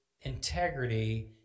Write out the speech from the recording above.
Integrity